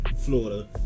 Florida